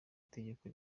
itegeko